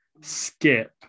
skip